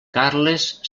carles